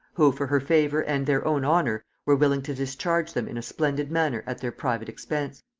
who, for her favor and their own honor, were willing to discharge them in a splendid manner at their private expense.